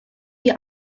die